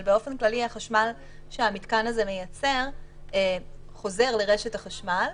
אבל באופן כללי החשמל שהמתקן הזה מייצר חוזר לרשת החשמל,